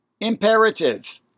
imperative